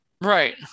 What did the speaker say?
Right